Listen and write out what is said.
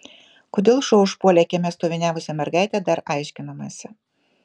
kodėl šuo užpuolė kieme stoviniavusią mergaitę dar aiškinamasi